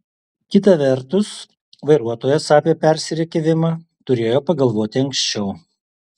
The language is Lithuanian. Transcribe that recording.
kita vertus vairuotojas apie persirikiavimą turėjo pagalvoti anksčiau